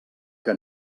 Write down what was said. que